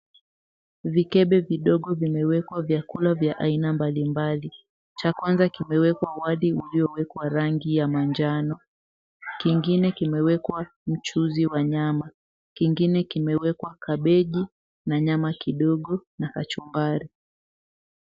Vikebe vidogo vimewekwa vyakula vya aina mbalimbali. Cha kwanza kimewekwa wali uliowekwa rangi ya manjano, kingine kimewekwa mchuzi wa nyama, kingine kimewekwa kabichi na nyama kidogo na kachumbari.